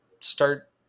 start